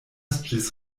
ĝis